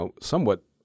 somewhat